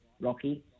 Rocky